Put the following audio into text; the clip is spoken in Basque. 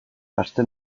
aste